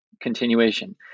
continuation